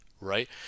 right